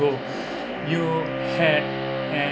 you had had